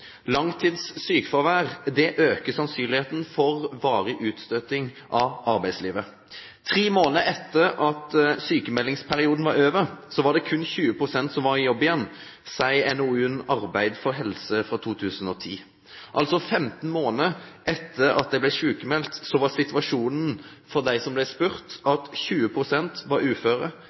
øker sannsynligheten for varig utstøting fra arbeidslivet. Tre måneder etter at sykmeldingsperioden var over, var det kun 20 pst. som var i jobb igjen, sier NOU-en Arbeid for helse, fra 2010. 15 måneder etter at de ble sykmeldt, var altså situasjonen for dem som ble spurt, at 20 pst. var uføre,